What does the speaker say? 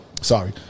sorry